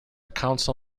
council